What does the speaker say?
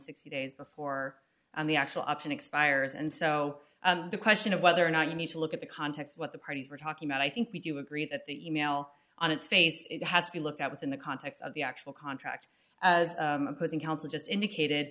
sixty days before and the actual option expires and so the question of whether or not you need to look at the context what the parties were talking about i think we do agree that the e mail on its face it has to be looked at within the context of the actual contract as putting council just indicated